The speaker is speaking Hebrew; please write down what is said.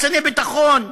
קציני ביטחון,